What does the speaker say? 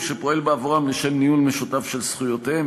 שפועל בעבורם לשם ניהול משותף של זכויותיהם,